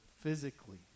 physically